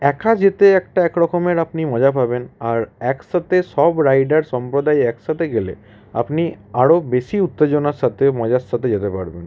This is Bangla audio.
একা যেতে একটা এক রকমের আপনি মজা পাবেন আর এক সাথে সব রাইডার সম্প্রদায় এক সাথে গেলে আপনি আরও বেশি উত্তেজনার সাথে মজার সাথে যেতে পারবেন